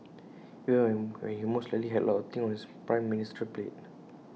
even when he most likely had A lot of things on his prime ministerial plate